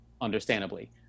understandably